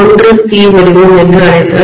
ஒன்று C வடிவம் என்று அழைத்தால்